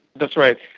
that's right.